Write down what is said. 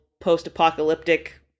post-apocalyptic